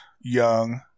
young